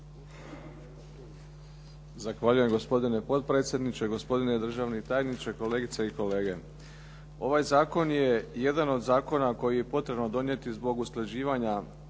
Zahvaljujem gospodine potpredsjedniče, gospodine državni tajniče, kolegice i kolege. Ovaj zakon je jedan od zakona koji je potrebno donijeti zbog usklađivanja